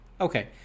Okay